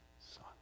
son